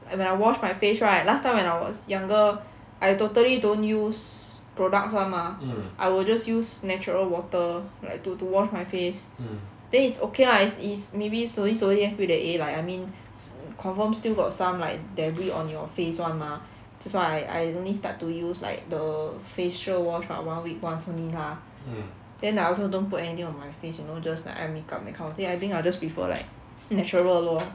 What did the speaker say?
and when I wash my face right last time when I was younger I totally don't use products [one] mah I will just use natural water like to to wash my face then is okay lah is is maybe slowly slowly I feel that eh like I mean confirm still got some like debris on your face [one] mah that's why I I only start to use like the facial wash but one week once only lah then I also don't put any of my face you know just like eye makeup that kind of thing I think I just prefer like natural lor